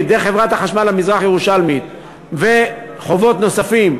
דרך חברת החשמל המזרח-ירושלמית וחובות נוספים,